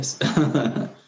yes